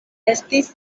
estis